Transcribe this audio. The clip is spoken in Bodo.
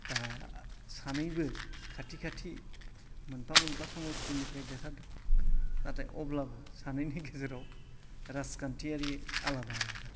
दा सानैबो खाथि खाथि मोनफा मोनफा समस्तिनिफ्राय देरहादों नाथाय अब्लाबो सानैनि गेजेराव राजखान्थियारि आलादा आलादा